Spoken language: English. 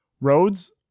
roads